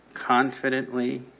Confidently